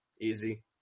Easy